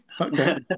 Okay